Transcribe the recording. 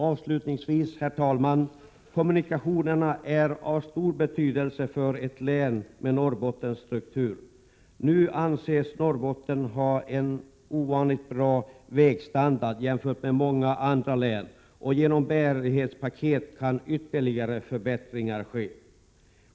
Avslutningsvis, herr talman: Kommunikationerna är av stor betydelse för ett län med Norrbottens struktur. Nu anses Norrbotten ha en ovanligt bra vägstandard jämfört med många andra län, och genom bärighetspaket kan ytterligare förbättringar ske.